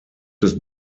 des